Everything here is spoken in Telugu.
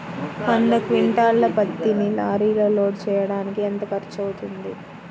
వంద క్వింటాళ్ల పత్తిని లారీలో లోడ్ చేయడానికి ఎంత ఖర్చవుతుంది?